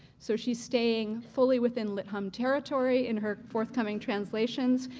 so she's staying fully within lit hum territory in her forthcoming translations.